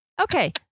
Okay